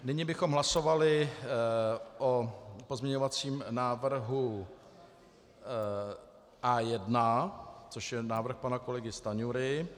Nyní bychom hlasovali o pozměňovacím návrhu A1, což je návrh pana kolegy Stanjury.